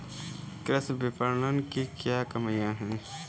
कृषि विपणन की क्या कमियाँ हैं?